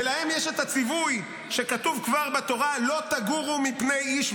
ולהם יש את הציווי שכתוב כבר בתורה: לא תגורו מפני איש.